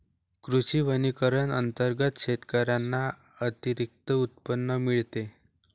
कृषी वनीकरण अंतर्गत शेतकऱ्यांना अतिरिक्त उत्पन्न मिळते